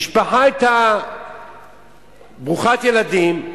משפחה היתה ברוכת ילדים,